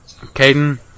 Caden